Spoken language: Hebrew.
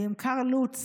ועם קרל לוץ,